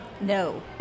No